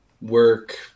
work